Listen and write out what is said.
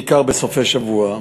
בעיקר בסופי שבוע.